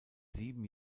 sieben